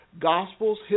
gospels